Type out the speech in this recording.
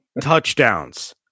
touchdowns